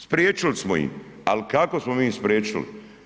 Spriječili smo im ali kako smo mi spriječili?